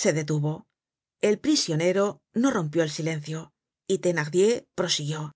se detuvo el prisionero no rompió el silencio y thenardier prosiguió